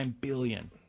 billion